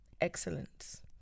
excellence